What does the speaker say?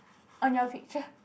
on your picture